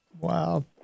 Wow